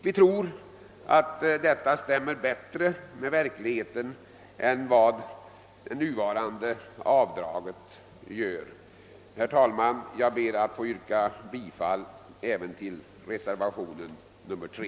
Vi tror att detta stämmer bättre med verkligheten än vad nuvarande avdrag gör. Jag yrkar alltså bifall även till reservationen 3.